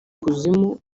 kuzimu